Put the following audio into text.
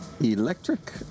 electric